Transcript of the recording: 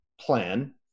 plan